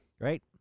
Great